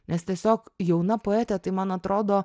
nes tiesiog jauna poetė tai man atrodo